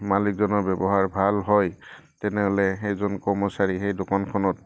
মালিকজনৰ ব্যৱহাৰ ভাল হয় তেনেহ'লে সেইজন কৰ্মচাৰী সেই দোকানখনত